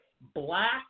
black